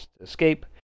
escape